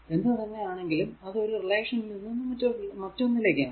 എന്ത് തന്നെ ആണെങ്കിലും അത് ഒരു റിലേഷൻ ൽ നിന്നും മറ്റൊന്നിലേക്കാണ്